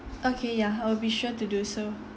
okay ya I will be sure to do so